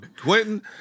Quentin